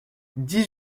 dix